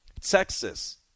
Texas